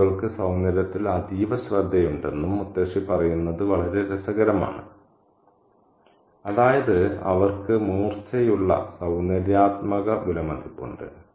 കാക്കകൾക്ക് സൌന്ദര്യത്തിൽ അതീവ ശ്രദ്ധയുണ്ടെന്നും മുത്തശ്ശി പറയുന്നത് വളരെ രസകരമാണ് അതായത് അവർക്ക് മൂർച്ചയുള്ള സൌന്ദര്യാത്മക വിലമതിപ്പുണ്ട്